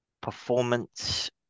performance